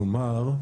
כלומר,